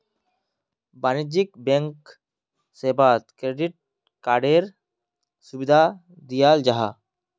वाणिज्यिक बैंक सेवात क्रेडिट कार्डएर सुविधा दियाल जाहा